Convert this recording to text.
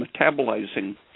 metabolizing